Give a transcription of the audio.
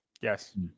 yes